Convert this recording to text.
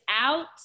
out